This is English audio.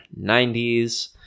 90s